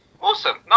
Awesome